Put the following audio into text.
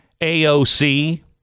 AOC